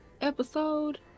episode